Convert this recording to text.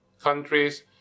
countries